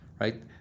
right